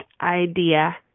idea